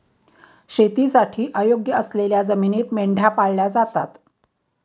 शेतीसाठी अयोग्य असलेल्या जमिनीत मेंढ्या पाळल्या जातात